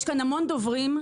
יש כאן המון דוברים,